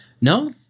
no